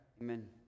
Amen